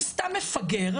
הוא סתם מפגר,